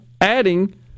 adding